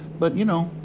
but you know.